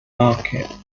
market